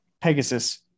Pegasus